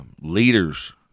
leaders